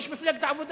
איש מפלגת העבודה.